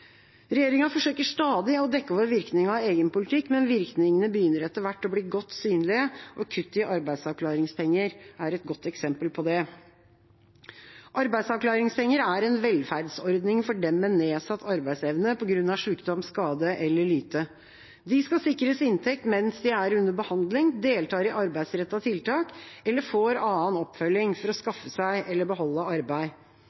Regjeringa forsøker stadig å dekke over virkninger av egen politikk, men virkningene begynner etter hvert å bli godt synlige. Kuttet i arbeidsavklaringspenger er et godt eksempel på det. Arbeidsavklaringspenger er en velferdsordning for dem med nedsatt arbeidsevne på grunn av sykdom, skade eller lyte. De skal sikres inntekt mens de er under behandling, deltar i arbeidsrettede tiltak eller får annen oppfølging for å